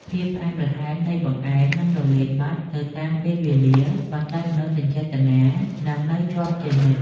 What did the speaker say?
ភាពផ្អែមល្ហែមនៃបង្អែមនឹងរលាយបាត់ទៅតាមពេលវេលា ប៉ុន្តែមនោសញ្ចេតនានឹងនៅជាប់ជានិច្ច។